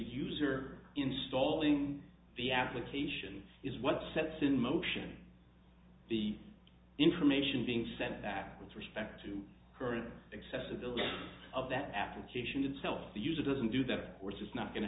user installing the application is what sets in motion the information being sent that with respect to current accessibility of that application itself the user doesn't do that or we're just not going to